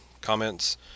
comments